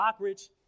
Lockridge